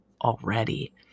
already